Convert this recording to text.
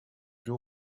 deux